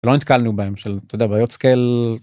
לא נתקלנו בהם של, אתה יודע, בעיות scale .